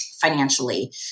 financially